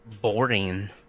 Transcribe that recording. boring